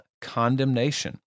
condemnation